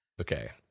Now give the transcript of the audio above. Okay